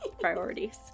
priorities